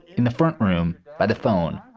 in the front room by the phone,